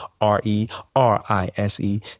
R-E-R-I-S-E